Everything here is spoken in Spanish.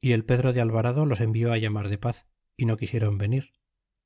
y el pedro de alvarado los envió llamar de paz y no quisieron venir